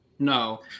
No